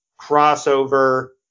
crossover